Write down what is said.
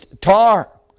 tar